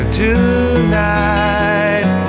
tonight